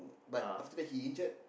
but after that he injured